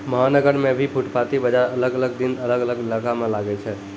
महानगर मॅ भी फुटपाती बाजार अलग अलग दिन अलग अलग इलाका मॅ लागै छै